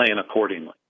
accordingly